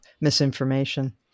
misinformation